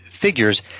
figures